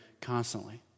constantly